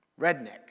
Redneck